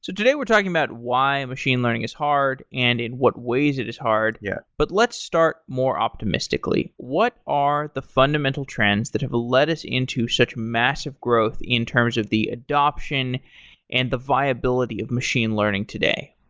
so today we're talking about why machine learning is hard and in what ways it is hard. yeah but let's start more optimistically. what are the fundamental trends that have led us into such massive growth in terms of the adoption and the viability of machine learning today?